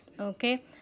okay